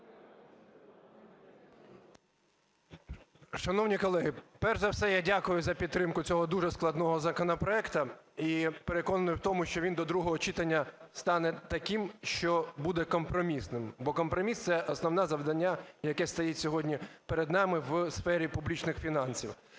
Шановні колеги, перш за все, я дякую за підтримку цього дуже складного законопроекту і переконаний в тому, що він до другого читання стане таким, що буде компромісним. Бо компроміс – це основне завдання, яке стоїть сьогодні перед нами у сфері публічних фінансів.